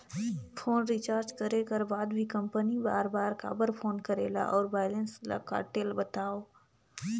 Phone recharge करे कर बाद भी कंपनी बार बार काबर फोन करेला और बैलेंस ल काटेल बतावव?